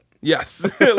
Yes